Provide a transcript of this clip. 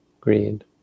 greed